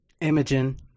Imogen